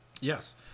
Yes